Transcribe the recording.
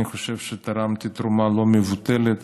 אני חושב שתרמתי תרומה לא מבוטלת